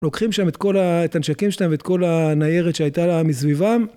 לוקחים שם את הנשקים שלהם ואת כל הניירת שהייתה מסביבם.